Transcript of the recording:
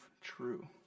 true